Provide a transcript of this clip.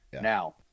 now